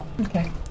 Okay